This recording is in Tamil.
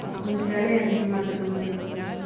கொஞ்சம் விலை அதிகமாக இருக்கிற மாதிரி இருக்குதுங்க